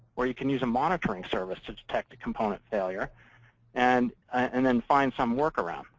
or you can use a monitoring service to detect the component failure and and then find some work-around.